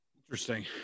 Interesting